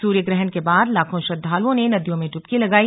सूर्यग्रहण के बाद लाखों श्रद्वालुओं ने नदियों में डुबकी लगाई